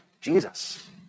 Jesus